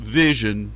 vision